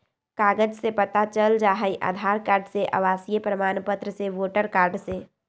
कागज से पता चल जाहई, आधार कार्ड से, आवासीय प्रमाण पत्र से, वोटर कार्ड से?